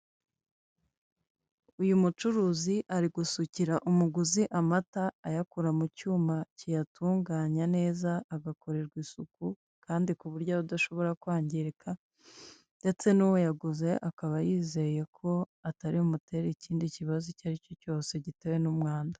Uyu mucuruzi ari gusukira umuguzi amata, ayakura mu cyuma kiyatunganya neza, agakorerwa isuku, kandi ku buryo aba adashobora kwangirika, ndetse n'uwayaguze akaba yizeye ko atari bumutere ikindi kibazo icyo ari cyo cyose gitewe n'umwanda.